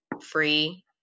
free